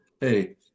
hey